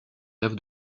rêve